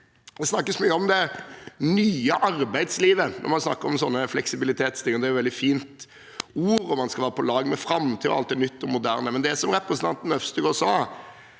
Det snakkes mye om det nye arbeidslivet når man snakker om sånne fleksibilitetsting, og det er jo et veldig fint ord. Man skal være på lag med framtiden, og alt er nytt og moderne, men det er som representanten Øvstegård sa: